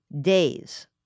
days